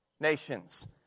Nations